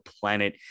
planet